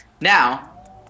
Now